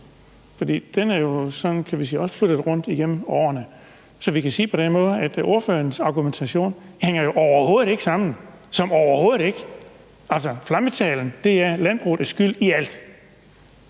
Det er jo sådan, kan man sige, også flyttet rundt gennem årene. Så jeg vil sige det på den måde, at ordførerens argumentation jo overhovedet ikke hænger sammen – som i overhovedet ikke! Altså, flammetalen er, at landbruget er skyld i alt.